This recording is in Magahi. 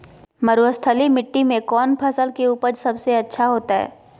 मरुस्थलीय मिट्टी मैं कौन फसल के उपज सबसे अच्छा होतय?